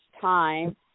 time